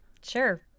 Sure